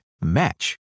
match